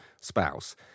spouse